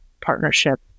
partnership